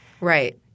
Right